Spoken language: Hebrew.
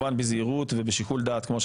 מר אולמרט בשעתו הכריע מני מזוז,